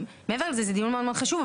מעבר לזה, זה דיון מאוד מאוד חשוב.